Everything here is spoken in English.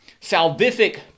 salvific